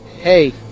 hey